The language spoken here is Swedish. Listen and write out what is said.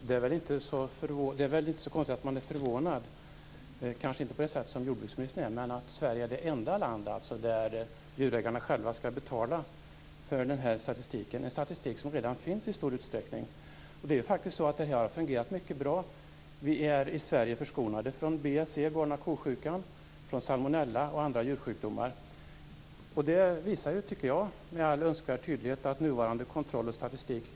Herr talman! Det är väl inte så konstigt att man är förvånad, fast kanske inte på det sätt som jordbruksministern är det. Men Sverige är det enda land där djurägarna själva skall betala för den här statistiken, en statistik som redan finns i stor utsträckning. Det har fungerat mycket bra. Vi är i Sverige förskonade från BSE - galna ko-sjukan - från salmonella och andra djursjukdomar. Det visar med all önskvärd tydlighet att man klarar av detta med nuvarande kontroll och statistik.